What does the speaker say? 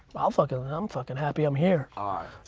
i'll fuckin', i'm fuckin' happy i'm here. ah